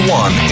one